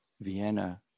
Vienna